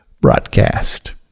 Broadcast